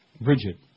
Bridget